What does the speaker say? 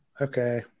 okay